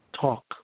talk